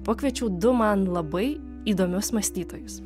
pakviečiau du man labai įdomius mąstytojus